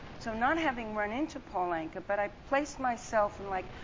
so not having run into paul anka, but i placed myself in, like